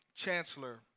Chancellor